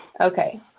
Okay